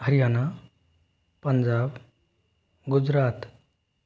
Haryana Punjab Gujarat